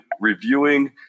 reviewing